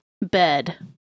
Bed